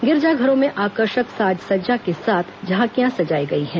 गिरिजाधरों में आकर्षक साज सज्जा के साथ झांकियां सजाई गई हैं